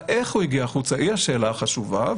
איך הוא הגיע החוצה היא השאלה החשובה.